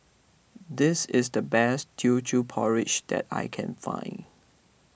this is the best Teochew Porridge that I can find